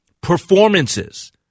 performances